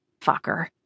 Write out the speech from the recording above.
Fucker